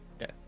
Yes